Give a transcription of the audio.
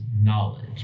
knowledge